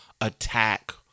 attack